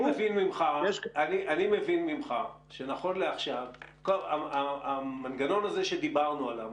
אני מבין ממך שנכון לעכשיו המנגנון הזה שדיברנו עליו,